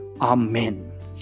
Amen